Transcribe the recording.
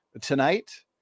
tonight